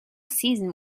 season